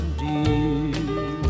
dear